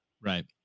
right